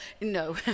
no